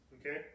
Okay